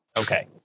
Okay